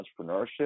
entrepreneurship